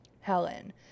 Helen